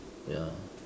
ya